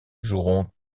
joueront